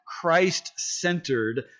Christ-centered